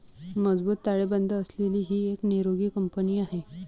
मजबूत ताळेबंद असलेली ही एक निरोगी कंपनी आहे